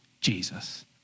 Jesus